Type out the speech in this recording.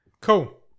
Cool